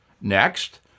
Next